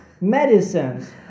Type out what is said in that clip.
medicines